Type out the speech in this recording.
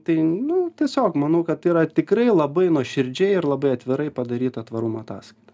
tai nu tiesiog manau kad tai yra tikrai labai nuoširdžiai ir labai atvirai padaryta tvarumo ataskaita